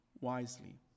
wisely